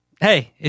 hey